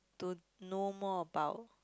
to know more about